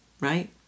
Right